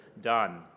done